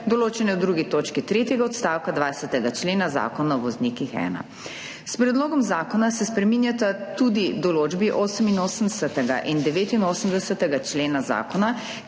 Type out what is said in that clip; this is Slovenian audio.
določene v drugi točki tretjega odstavka 20. člena Zakona o voznikih, ZVoz-1. S predlogom zakona se spreminjata tudi določbi 88. in 89. člena zakona, ki